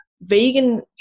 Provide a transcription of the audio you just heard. vegan